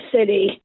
city